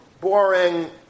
boring